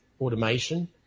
automation